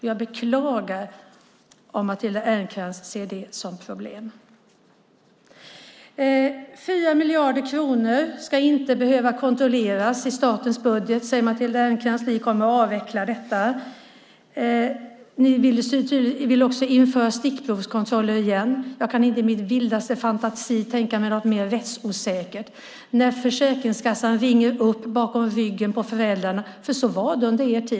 Jag beklagar om Matilda Ernkrans ser det som ett problem. 4 miljarder kronor ska inte behöva kontrolleras i statens budget, säger Matilda Ernkrans. Ni kommer att avveckla detta. Ni vill också införa stickprovskontroller igen. Jag kan inte i min vildaste fantasi tänka mig något mer rättsosäkert än när Försäkringskassan ringer upp bakom ryggen på föräldrarna. Så var det under er tid.